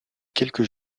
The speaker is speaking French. quelques